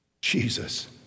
Jesus